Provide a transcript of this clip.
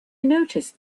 noticed